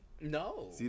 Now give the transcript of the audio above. No